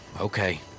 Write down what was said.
Okay